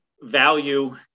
value